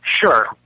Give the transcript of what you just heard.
sure